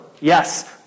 yes